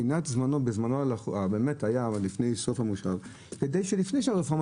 פינה את זמנו לפני סוף המושב כדי שלפני שהרפורמה